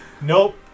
Nope